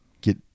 get